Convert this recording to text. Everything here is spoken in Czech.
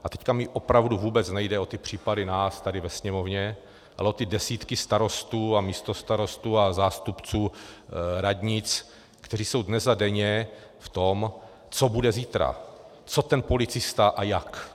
A teď mi opravdu vůbec nejde o ty případy nás tady ve Sněmovně, ale o ty desítky starostů a místostarostů a zástupců radnic, kteří jsou dnes a denně v tom, co bude zítra, co ten policista a jak.